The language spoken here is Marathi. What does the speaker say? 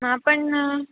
हां पण